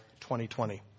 2020